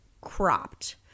cropped